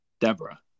Deborah